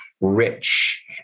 rich